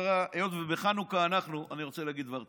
היות שבחנוכה אנחנו, אני רוצה להגיד דבר תורה,